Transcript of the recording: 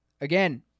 Again